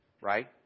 Right